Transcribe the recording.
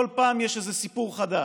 בכל פעם יש סיפור חדש.